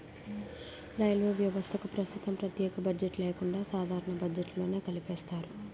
railway వ్యవస్థకు ప్రస్తుతం ప్రత్యేక బడ్జెట్ లేకుండా సాధారణ బడ్జెట్లోనే కలిపేశారు